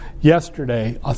yesterday